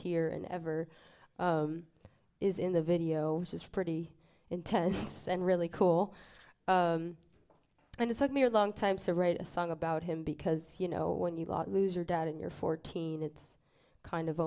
here and ever is in the video which is pretty intense and really cool and it took me a long time to write a song about him because you know when you lot lose your dad in your fourteen it's kind of